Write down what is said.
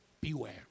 beware